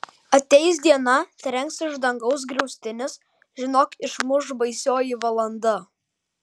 ateis diena trenks iš dangaus griaustinis žinok išmuš baisioji valanda